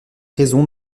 raison